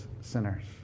sinners